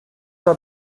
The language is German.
war